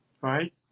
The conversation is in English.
right